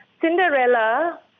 Cinderella